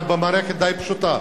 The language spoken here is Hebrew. אבל במערכת די פשוטה,